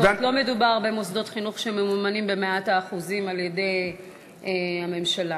לא מדובר במוסדות חינוך שממומנים ב-100% על-ידי הממשלה.